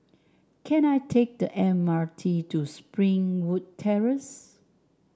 can I take the M R T to Springwood Terrace